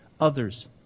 others